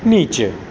નીચે